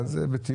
אבל זה בתיאום.